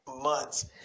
months